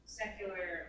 secular